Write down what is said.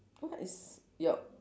what is your